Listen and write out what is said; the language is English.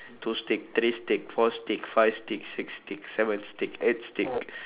two stick three stick four stick five stick six stick seven stick eight stick